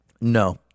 No